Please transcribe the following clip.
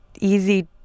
easy